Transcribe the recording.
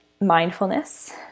mindfulness